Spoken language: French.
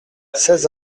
seize